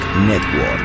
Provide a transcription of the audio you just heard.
Network